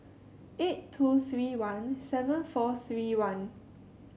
eight two three one seven four three one